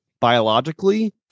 biologically